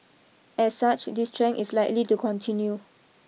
as such this trend is likely to continue